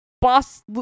boss